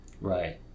Right